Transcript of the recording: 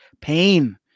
pain